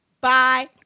bye